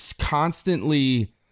constantly